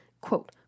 quote